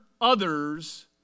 others